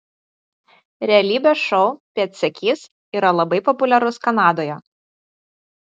realybės šou pėdsekys yra labai populiarus kanadoje